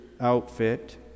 outfit